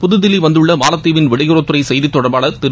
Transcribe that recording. புதுதில்லி வந்துள்ள மாலத்தீவிள் வெளியுறவுத்துறை செய்தி தொடர்பாளர் திரு